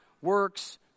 works